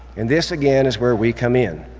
and this, again, is where we come in.